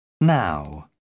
Now